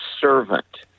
servant